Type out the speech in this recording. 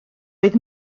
oedd